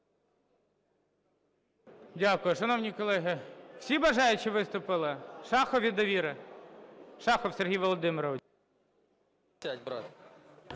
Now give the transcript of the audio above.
Дякую. Шановні колеги, всі бажаючі виступили? Шахов від "Довіри". Шахов Сергій Володимирович.